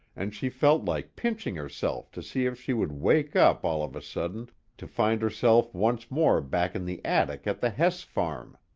and she felt like pinching herself to see if she would wake up all of a sudden to find herself once more back in the attic at the hess farm.